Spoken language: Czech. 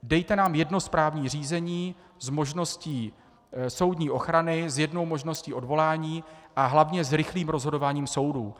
Dejte nám jedno správní řízení s možností soudní ochrany, s jednou možností odvolání a hlavně s rychlým rozhodováním soudů.